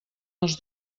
els